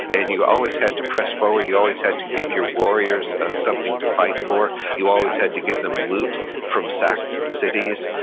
and you always had to press forward, you always had to give your warriors something to fight for. you always had to give them loot from sacked cities.